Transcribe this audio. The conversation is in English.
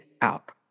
out